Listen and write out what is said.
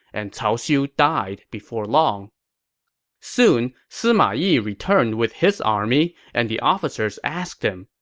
and cao xiu died before long soon, sima yi returned with his army, and the officers asked him,